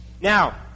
Now